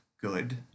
good